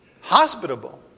hospitable